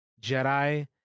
Jedi